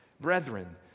brethren